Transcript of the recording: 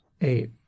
eight